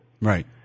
right